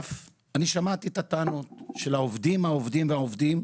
שמעתי את הטענות על העובדים, העובדים, העובדים,